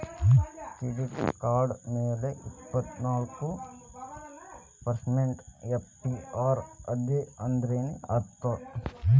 Credit card ಮ್ಯಾಲೆ ಇಪ್ಪತ್ನಾಲ್ಕ್ percent APR ಅದ ಅಂದ್ರೇನ್ ಅರ್ಥ?